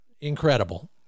incredible